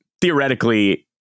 theoretically